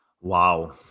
Wow